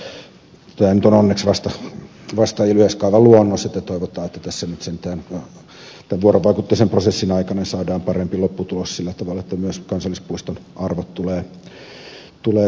tämä nyt on onneksi vasta yleiskaavaluonnos joten toivotaan että tässä nyt sentään tämän vuorovaikutteisen prosessin aikana saadaan parempi lopputulos sillä tavalla että myös kansallispuiston arvot tulevat turvatuiksi